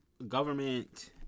government